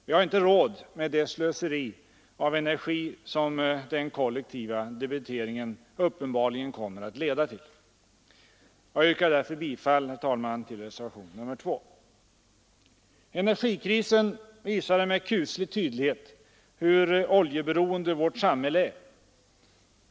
Vi har inte råd med det slöseri med energi som den kollektiva debiteringen uppenbarligen leder till. Jag yrkar därför, herr talman, bifall till reservationen 2. Energikrisen visade med kuslig tydlighet hur oljeberoende vårt samhälle är.